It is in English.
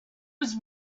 was